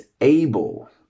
able